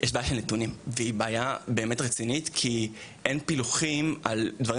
נתונים וזו בעיה רצינית כי אין פילוחים על דברים